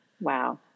Wow